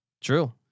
True